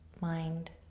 mind,